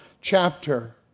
chapter